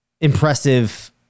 impressive